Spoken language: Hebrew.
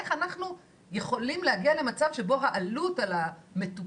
איך אנחנו יכולים להגיע למצב שבו העלות על המטופל,